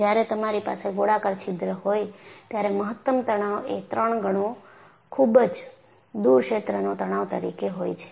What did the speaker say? જ્યારે તમારી પાસે ગોળાકાર છિદ્ર હોય ત્યારે મહત્તમ તણાવએ ત્રણ ગણો ખુબ જ દુર ક્ષેત્રનો તણાવ તરીકે હોય છે